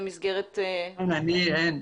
אין.